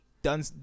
Done